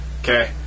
Okay